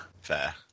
Fair